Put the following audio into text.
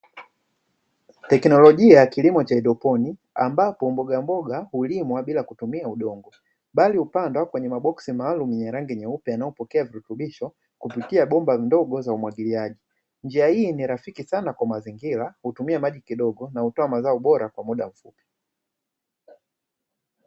Teknolojia ya kilimo cha haidroponi ambapo mbogamboga hulimwa bila kutuma udongo bali hupandwa kwenye maboksi maalumu ya rangi nyeupe yanayo pokea virutubisho kupitia bomba ndogo za umwagiliaji. Njia hii ni rafiki sana kwa mazingira hutumia maji kidogo na hutoa mazao bora kwa muda mfupi.